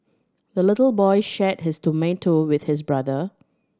the little boy shared his tomato with his brother